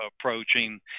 approaching